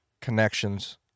connections